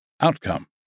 outcome